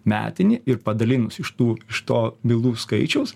metinį ir padalinus iš tų iš to bylų skaičiaus